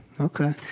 Okay